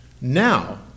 now